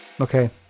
Okay